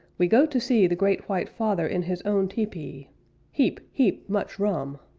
we go to see the great white father in his own tepee heap, heap much rum!